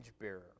bearer